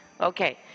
okay